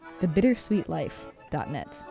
Thebittersweetlife.net